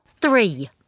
Three